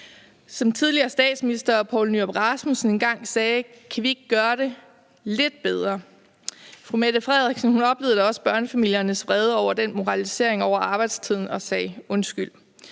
den tidligere statsminister Poul Nyrup Rasmussen engang sagde: Kan vi ikke gøre det lidt bedre? Fru Mette Frederiksen oplevede da også børnefamiliernes vrede over den moralisering over arbejdstiden og sagde undskyld.